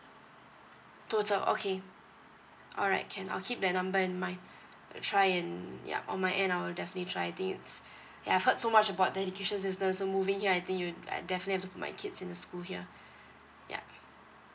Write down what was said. total okay alright can I'll keep that number in mind will try and yup on my end I will definitely try think it's ya I've heard so much about the education system so moving here I think you I definitely have to put my kids in the school here yup